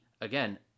again